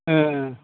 औ